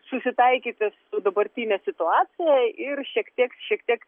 susitaikyti su dabartine situacija ir šiek tiek šiek tiek